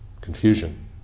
Confusion